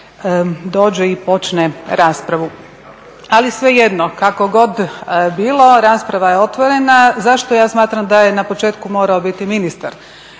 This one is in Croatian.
dođe i počne raspravu. Ali svejedno, kako god bilo rasprava je otvorena. Zašto ja smatram da je na početku morao biti ministar